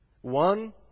One